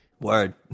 Word